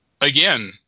again